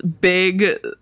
big